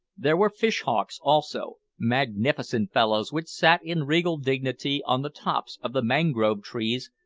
there were fish-hawks also, magnificent fellows, which sat in regal dignity on the tops of the mangrove trees,